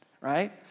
right